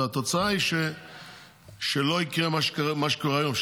והתוצאה היא שלא יקרה מה שקורה היום,